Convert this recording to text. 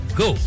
go